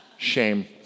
Shame